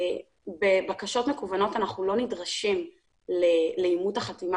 בבקשות מקוונות אנחנו לא נדרשים לאימות החתימה